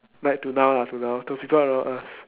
like to now lah to now to people around us